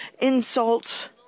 insults